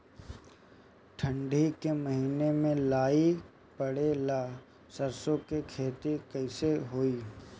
ठंडी के मौसम में लाई पड़े ला सरसो के खेती कइसे होई?